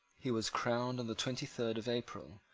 he was crowned on the twenty-third of april,